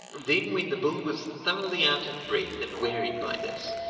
then, when the bull was thoroughly out of breath and wearied by this,